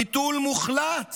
ביטול מוחלט